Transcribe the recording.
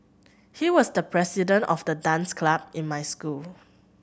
he was the president of the dance club in my school